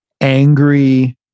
angry